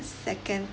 second